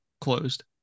closed